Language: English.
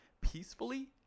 peacefully